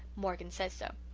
morgan says so.